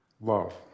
love